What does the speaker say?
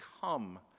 come